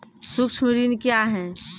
सुक्ष्म ऋण क्या हैं?